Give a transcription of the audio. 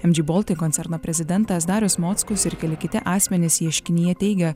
mg baltic koncerno prezidentas darius mockus ir keli kiti asmenys ieškinyje teigia